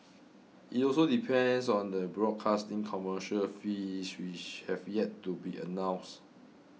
it also depends on the broadcasting commercial fees which have yet to be announced